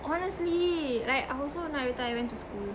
honestly like I also now everytime I went to school